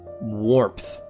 warmth